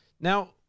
now